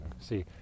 see